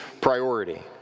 priority